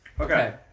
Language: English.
Okay